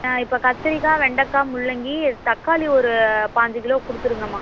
ஆ இப்போ கத்தரிக்காய் வெண்டைக்கா முள்ளங்கி தக்காளி ஒரு பாஞ்சி கிலோ கொடுத்துருங்கம்மா